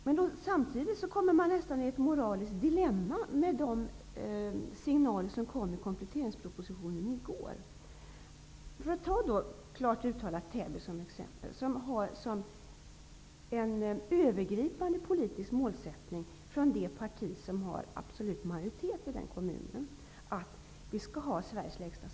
Men samtidigt kommer man nästan i ett moraliskt dilemma med tanke på de signaler som i går kom i och med kompletteringspropositionen. Låt oss, klart uttalat, ta kommunen Täby som exemel. Majoritetspartiet i den kommunen har som övergripande politisk målsättning att ha Sveriges lägsta skatt.